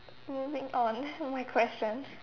moving on what's my question